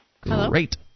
Great